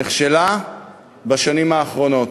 נכשלה בשנים האחרונות.